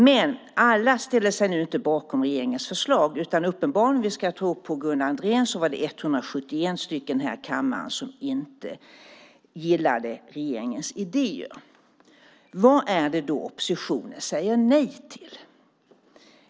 Men alla ställer sig nu inte bakom regeringens förslag, utan uppenbarligen, om vi ska tro på Gunnar Andrén, var det 171 ledamöter här i kammaren som inte gillade regeringens idéer. Vad är det då oppositionen säger nej till?